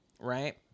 Right